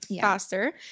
faster